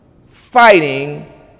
fighting